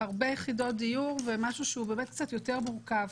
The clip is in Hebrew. הרבה יחידות דיור ומשהו שהוא קצת יותר מורכב,